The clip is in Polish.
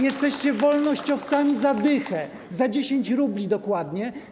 Jesteście wolnościowcami za dychę, za 10 rubli dokładnie.